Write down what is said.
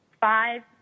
five